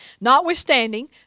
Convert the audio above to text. Notwithstanding